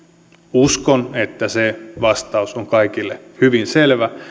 uskon että se vastaus on kaikille hyvin selvä